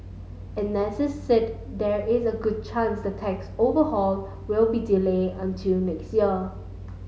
analysts said there is a good chance the tax overhaul will be delayed until next year